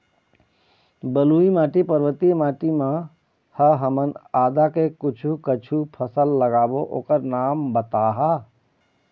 बलुई माटी पर्वतीय म ह हमन आदा के कुछू कछु फसल लगाबो ओकर नाम बताहा?